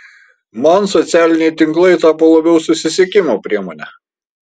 man socialiniai tinklai tapo labiau susisiekimo priemone